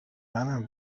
منم